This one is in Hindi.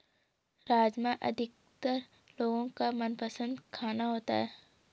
राजमा अधिकतर लोगो का मनपसंद खाना होता है